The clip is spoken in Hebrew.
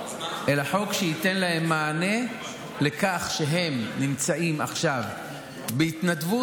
חוק שייתן להם מענה לכך שהם נמצאים עכשיו בהתנדבות.